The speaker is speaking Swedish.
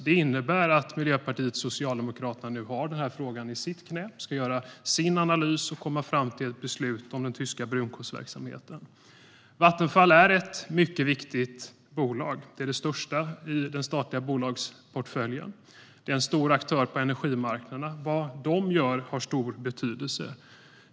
Det innebär att Miljöpartiet och Socialdemokraterna nu har den här frågan i sitt knä. De ska göra sin analys och komma fram till ett beslut om den tyska brunkolsverksamheten. Vattenfall är ett mycket viktigt bolag. Det är det största i den statliga bolagsportföljen. Det är en stor aktör på energimarknaderna. Vad Vattenfall gör har stor betydelse.